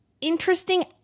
interesting